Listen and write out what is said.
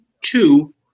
two